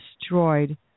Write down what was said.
destroyed